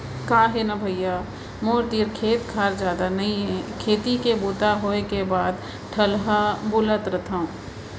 का हे न भइया मोर तीर खेत खार जादा नइये खेती के बूता होय के बाद ठलहा बुलत रथव